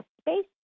space